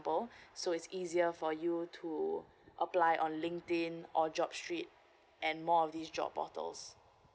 so it's easier for you to apply on linkedin or job street and more of these job portals